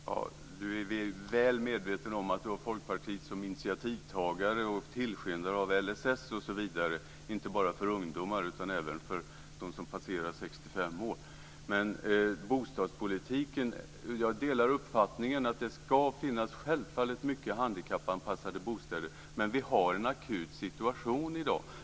Fru talman! Sten Lundström måste vara väl medveten om att det var Folkpartiet som var initiativtagare och tillskyndare av LSS osv., inte bara för ungdomar utan även för de som passerat 65 år. Jag delar självfallet uppfattningen att det ska finnas många handikappanpassade bostäder, men vi har en akut situation i dag.